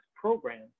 program